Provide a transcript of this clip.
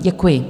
Děkuji.